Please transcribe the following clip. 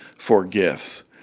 for gifts.